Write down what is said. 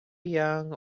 young